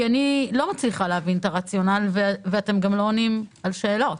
כי אני לא מצליחה להבין את הרציונל ואתם לא עונים על שאלות.